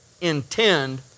intend